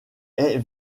est